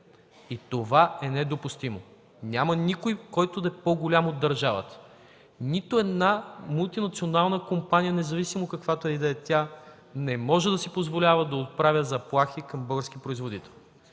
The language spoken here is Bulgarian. Това е недопустимо! Няма никой по-голям от държавата! Нито една мултинационална компания, която и да е тя, не може да си позволява да отправя заплахи към българските производители.